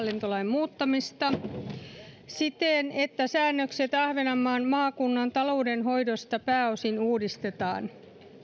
itsehallintolain muuttamista siten että säännökset ahvenanmaan maakunnan taloudenhoidosta pääosin uudistetaan